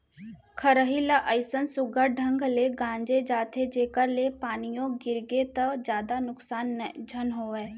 खरही ल अइसन सुग्घर ढंग ले गांजे जाथे जेकर ले पानियो गिरगे त जादा नुकसान झन होवय